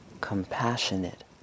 compassionate